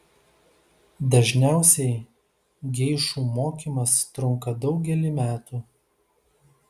dažniausiai geišų mokymas trunka daugelį metų